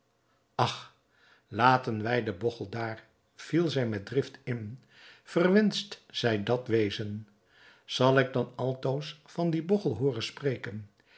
ach laten wij den bogchel daar viel zij met drift in verwenscht zij dat wezen zal ik dan altoos van dien bogchel hooren spreken